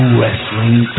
wrestling